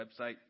website